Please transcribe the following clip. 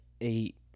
eight